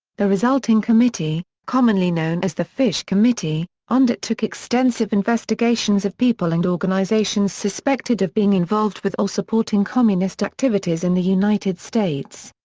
the resulting committee, commonly known as the fish committee, undertook extensive investigations of people and organizations suspected of being involved with or supporting communist activities in the united states.